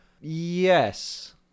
yes